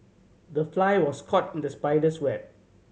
the fly was caught in the spider's web